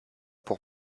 pour